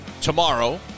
tomorrow